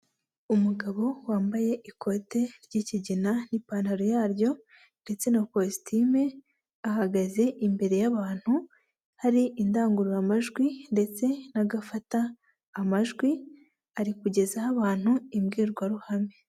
Umugabo wambaye ikote ry'ikigina n'ipantaro yaryo ndetse na kositime, ahagaze imbere y'abantu, hari indangururamajwi ndetse agafata amajwi, arikugezaho abantu imbwirwaruhame.